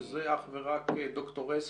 וזה אך ורק ד"ר הס,